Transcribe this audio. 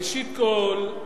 ראשית כול,